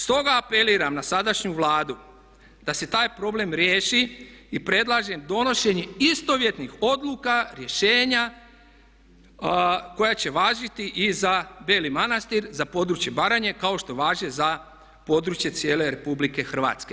Stoga apeliram na sadašnju Vladu da se taj problem riješi i predlažem donošenje istovjetnih odluka, rješenja koja će važiti i za Beli Manastir, za područje Baranje kao što važe za područje cijele RH.